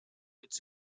its